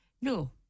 No